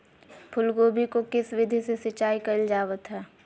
फूलगोभी को किस विधि से सिंचाई कईल जावत हैं?